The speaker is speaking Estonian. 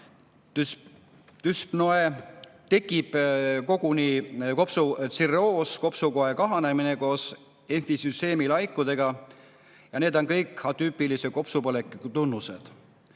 düspnoe. Tekib koguni kopsutsirroos, kopsukoe kahanemine koos emfüseemi laikudega. Need on kõik atüüpilise kopsupõletiku tunnused.